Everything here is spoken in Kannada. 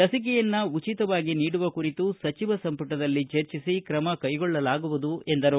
ಲಸಿಕೆಯನ್ನು ಉಚಿತವಾಗಿ ನೀಡುವ ಕುರಿತು ಸಚಿವ ಸಂಪುಟದಲ್ಲಿ ಚರ್ಚಿಸಿ ಕ್ರಮ ಕೈಗೊಳ್ಳಬೇಕಾಗಿದೆ ಎಂದರು